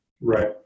Right